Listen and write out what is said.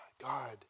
God